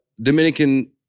Dominican